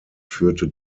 führte